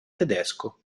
tedesco